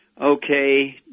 Okay